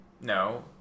No